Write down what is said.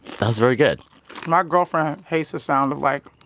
that was very good my girlfriend hates the sound of, like,